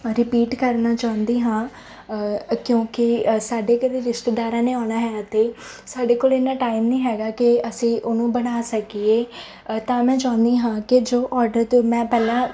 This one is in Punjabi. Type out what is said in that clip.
ਰਪੀਟ ਕਰਨਾ ਚਾਹੁੰਦੀ ਹਾਂ ਕਿਉਂਕਿ ਸਾਡੇ ਘਰੇ ਰਿਸ਼ਤੇਦਾਰਾਂ ਨੇ ਆਉਣਾ ਹੈ ਅਤੇ ਸਾਡੇ ਕੋਲ ਇੰਨਾ ਟਾਈਮ ਨਹੀਂ ਹੈਗਾ ਕਿ ਅਸੀਂ ਉਹਨੂੰ ਬਣਾ ਸਕੀਏ ਤਾਂ ਮੈਂ ਚਾਹੁੰਦੀ ਹਾਂ ਕਿ ਜੋ ਔਡਰ 'ਤੇ ਮੈਂ ਪਹਿਲਾਂ